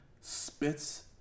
spits